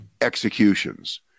executions